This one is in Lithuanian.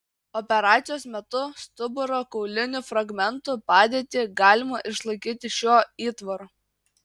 operacijos metu stuburo kaulinių fragmentų padėtį galima išlaikyti šiuo įtvaru